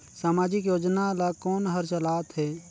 समाजिक योजना ला कोन हर चलाथ हे?